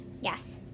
Yes